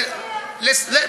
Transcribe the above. נכון.